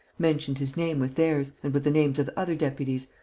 mentioned his name with theirs and with the names of other deputies,